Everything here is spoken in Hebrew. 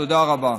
תודה רבה.